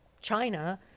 China